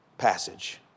passage